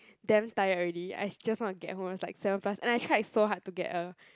damn tired already I just want to get home it was like seven plus and I tried so hard to get a